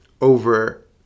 over